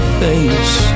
face